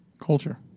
Culture